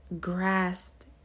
grasped